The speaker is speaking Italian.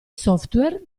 software